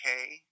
okay